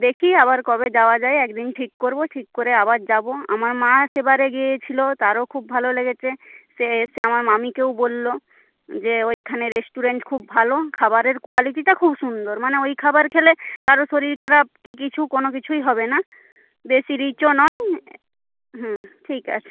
দেখি আবার কবে যাওয়া যায় একদিন ঠিক করব ঠিক করে আবার যাব আমার মা সেবারে গিয়েছিল তারও খুব ভালো লেগেছে সে এসে আমার মামীকেও বলল যে ওইখানের রেস্টুরেন্ট খুব ভালো খাবারের কোয়ালিটিটা খুব সুন্দর মানে ওই খাবার খেলে কারও শরীর খারাপ কি কিছু কোনো কিছুই হবে না বেশি রিচও নয় হুম ঠিক আছে